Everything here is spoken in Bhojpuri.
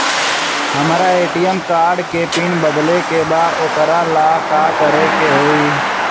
हमरा ए.टी.एम कार्ड के पिन बदले के बा वोकरा ला का करे के होई?